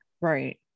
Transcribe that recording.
right